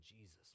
Jesus